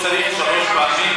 לא צריך שלוש פעמים,